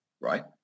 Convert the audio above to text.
right